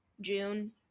June